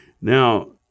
Now